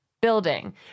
building